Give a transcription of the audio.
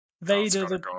Vader